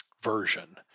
version